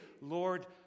Lord